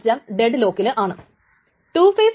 T യുടെ read T1 ന്റെ റൈറ്റിനു മുൻപ് നടന്നിരിക്കണം